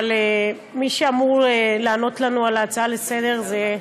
אבל מי שאמור לענות לנו על ההצעה לסדר-היום זה,